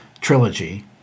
trilogy